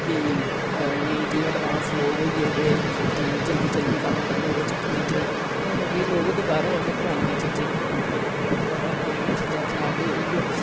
की नेईं जी अडवान्स लोग होई गेदे जल्दी जल्दी कम्म करने दे चक्करें च हुन कि लोग दवारा उनें परानियें चीजें गी अपनाऽ दे दवारा परानियां चीजां जां ते ओहियो